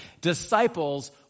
Disciples